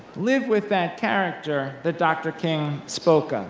live with that character that dr. king spoke of.